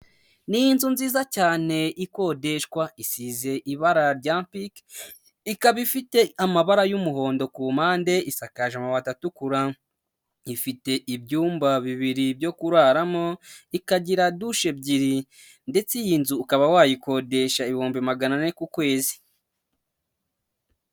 Ni inzu nziza cyane ikodeshwa isize ibara rya piki ikaba ifite amabara y'umuhondo ku mpande isakaje amabati atukura, ifite ibyumba bibiri byo kuraramo, ikagira doucshe ebyiri, ndetse iyi nzu ukaba wayikodesha ibihumbi magana ane ku kwezi.